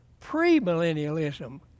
premillennialism